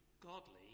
godly